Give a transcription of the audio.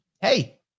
hey